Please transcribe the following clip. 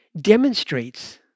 demonstrates